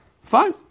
Fine